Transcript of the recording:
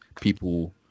People